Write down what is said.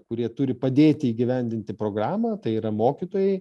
kurie turi padėti įgyvendinti programą tai yra mokytojai